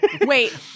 wait